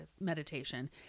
meditation